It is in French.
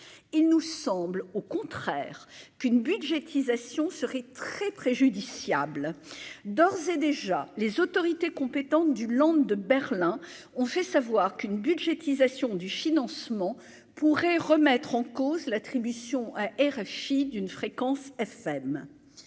il nous semble au contraire qu'une budgétisation, serait très préjudiciable d'ores et déjà, les autorités compétentes du Land de Berlin ont fait savoir qu'une budgétisation du financement pourrait remettre en cause l'attribution et Rachid une fréquence FM,